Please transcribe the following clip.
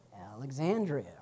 Alexandria